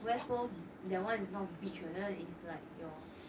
west coast that one is not beach what that one is like your